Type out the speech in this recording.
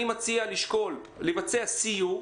לכן אני מציע לשקול לערוך סיור,